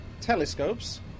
telescopes